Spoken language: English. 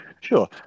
sure